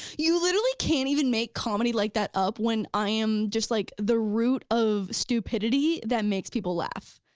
you literally can't even make comedy like that up when i am just like the root of stupidity that makes people laugh.